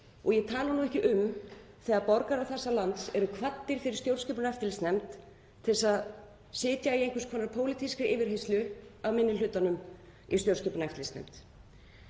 og ég tala nú ekki um þegar borgarar þessa lands eru kvaddir fyrir stjórnskipunar- og eftirlitsnefnd til að sitja í einhvers konar pólitískri yfirheyrslu hjá minni hlutanum í stjórnskipunar- og eftirlitsnefnd.